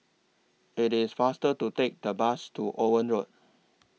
IT IS faster to Take The Bus to Owen Road